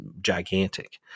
gigantic